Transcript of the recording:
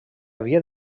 havia